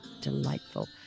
Delightful